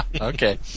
Okay